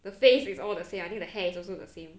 the face is all the same I think the hair is also the same